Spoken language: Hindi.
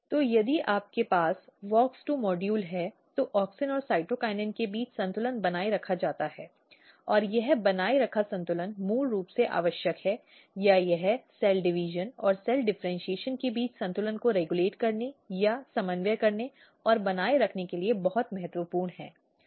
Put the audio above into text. तो यदि आपके पास WOX2 मॉड्यूल हैं तो ऑक्सिन और साइटोकिनिन के बीच संतुलन बनाए रखा जाता है और यह बनाए रखा संतुलन मूल रूप से आवश्यक है या यह सेल डिवीजन और सेल डिफ़र्इन्शीएशन के बीच संतुलन को रेगुलेट करने या समन्वय करने और बनाए रखने के लिए बहुत महत्वपूर्ण है